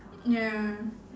ya